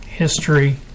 history